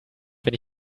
wenn